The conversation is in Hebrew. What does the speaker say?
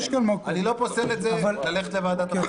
יש גם מקום --- אני לא פוסל ללכת לוועדת הבחירות.